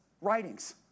writings